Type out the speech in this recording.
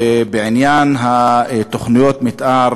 ובעניין תוכניות המתאר,